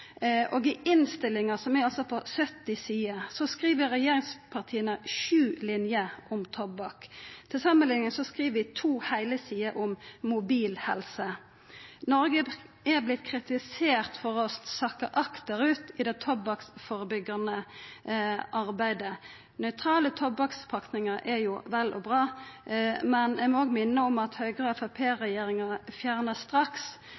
Noreg. I innstillinga, som er på 70 sider, skriv regjeringspartia sju linjer om tobakk. Til samanlikning skriv ein to heile sider om mobil-helse. Noreg har vorte kritisert for å sakka akterut i det tobakksførebyggjande arbeidet. Nøytrale tobakkspakningar er vel og bra, men eg må minna om at Høgre–Framstegsparti-regjeringa straks